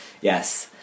Yes